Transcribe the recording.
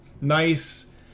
nice